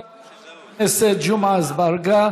תודה לחבר הכנסת ג'מעה אזברגה.